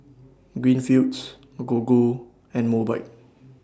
Greenfields Gogo and Mobike